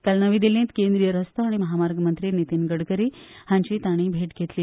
काल नवी दिल्लींत केंद्रीय रस्तो आनी म्हामार्ग मंत्री नितीन गडकरी हांची तांणी भेट घेतली